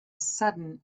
sudden